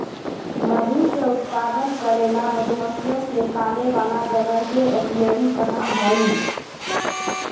मधु के उत्पादन करे ला मधुमक्खियन के पाले वाला जगह के एपियरी कहा हई